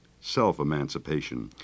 self-emancipation